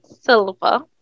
silver